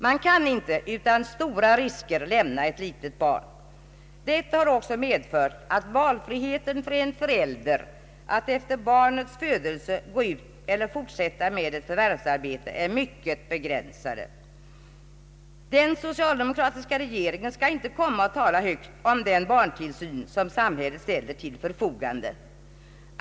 Man kan inte utan stora risker lämna ett litet barn. Detta har också medfört att valfriheten för en förälder att efter barnets födelse stanna hemma eller fortsätta med ett förvärvsarbete är mycket begränsad. Den socialdemokratiska regeringen skall inte komma och tala högt om den barntillsyn som samhället ställer till förfogande.